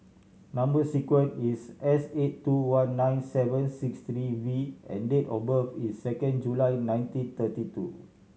number sequence is S eight two one nine seven six three V and date of birth is second July nineteen thirty two